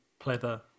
pleather